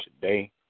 today